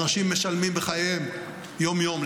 אנשים משלמים בחייהם יום-יום,